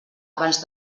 abans